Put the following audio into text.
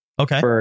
Okay